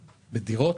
בדירות.